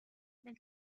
del